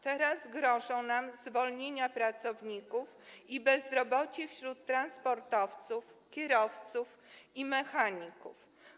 Teraz grożą nam zwolnienia pracowników i bezrobocie wśród transportowców, kierowców i mechaników.